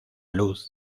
luz